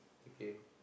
okay